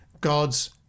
God's